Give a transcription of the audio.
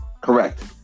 Correct